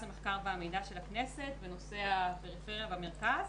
המחקר והמידע של הכנסת בנושא הפריפריה במרכז,